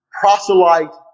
proselyte